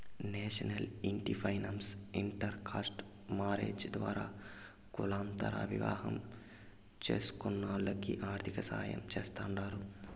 national ఇంటి finance inter caste marriages ద్వారా కులాంతర వివాహం చేస్కునోల్లకి ఆర్థికసాయం చేస్తాండారు